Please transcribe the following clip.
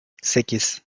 sekiz